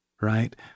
right